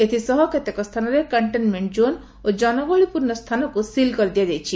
ଏଥିସହ କେତେକ ସ୍ଥାନରେ କକ୍କେନ୍ମେକ୍କ ଜୋନ୍ ଓ ଜନଗହଳିପୂର୍ଶ୍ଣ ସ୍ଥାନକୁ ସିଲ୍ କରାଯାଇଛି